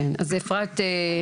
טיפול.